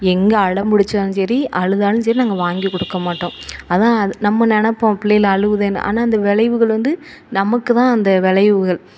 எங்கே அடம்பிடிச்சாலும் சரி அழுதாலும் சரி நாங்கள் வாங்கிக் குடுக்க மாட்டோம் அதான் அது நம்ம நெனைப்போம் புள்ளைகள் அழுவுதேன்னு ஆனால் அந்த விளைவுகள் வந்து நமக்கு தான் அந்த விளைவுகள்